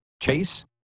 Chase